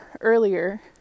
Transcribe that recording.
earlier